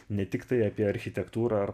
ne tiktai apie architektūrą ar